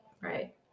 right